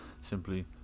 simply